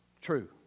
true